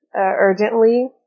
urgently